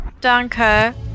Danke